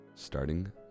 Starting